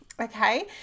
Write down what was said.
Okay